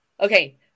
Okay